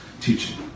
teaching